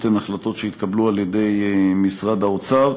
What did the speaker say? הן החלטות שהתקבלו על-ידי משרד האוצר.